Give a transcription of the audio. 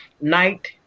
night